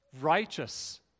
Righteous